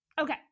Okay